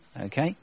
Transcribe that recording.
okay